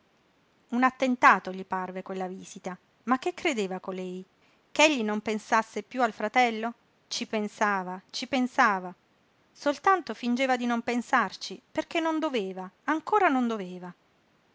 un attentato gli parve quella visita ma che credeva colei ch'egli non pensasse piú al fratello ci pensava ci pensava soltanto fingeva di non pensarci perché non doveva ancora non doveva